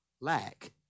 lack